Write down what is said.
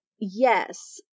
Yes